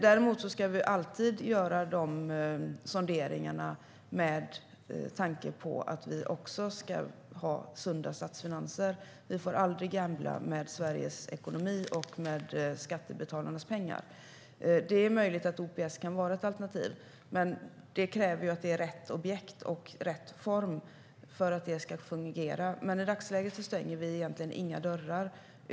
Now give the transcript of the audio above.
Däremot ska man alltid göra sonderingar med tanke på att vi också ska ha sunda statsfinanser. Vi får aldrig "gambla" med Sveriges ekonomi och med skattebetalarnas pengar. Det är möjligt att OPS kan vara ett alternativ, men det kräver att det är rätt objekt och rätt form för att det ska fungera. Men i dagsläget stänger vi inga dörrar.